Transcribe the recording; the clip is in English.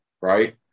right